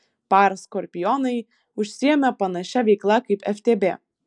par skorpionai užsiėmė panašia veikla kaip ftb